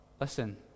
listen